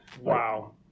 Wow